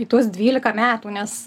į tuos dvylika metų nes